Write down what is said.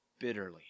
bitterly